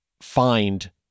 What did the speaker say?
find